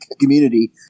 community